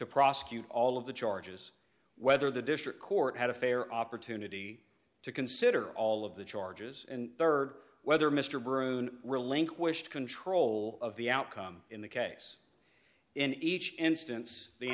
to prosecute all of the charges whether the district court had a fair opportunity to consider all of the charges and rd whether mr brune relinquished control of the outcome in the case in each instance the